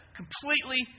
completely